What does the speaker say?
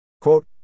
Quote